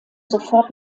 sofort